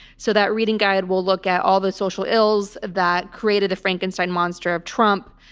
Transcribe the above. so that reading guide, we'll look at all the social ills that created a frankenstein monster of trump,